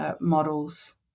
models